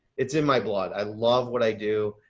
it's in my blood. i love what i do.